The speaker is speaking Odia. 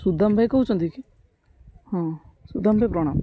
ସୁଦାମ୍ ଭାଇ କହୁଛନ୍ତି କି ହଁ ସୁଦାମ୍ ଭାଇ ପ୍ରଣାମ